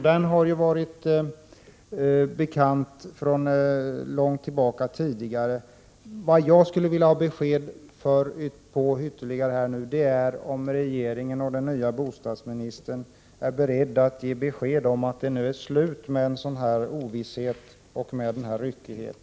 Den har varit bekant sedan en lång tid tillbaka. Jag skulle vilja veta om regeringen och den nya bostadsministern är beredd att ge besked om att det nu är slut på denna ovisshet och ryckighet.